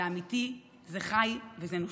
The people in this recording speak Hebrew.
זה אמיתי, זה חי וזה נושם.